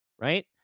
right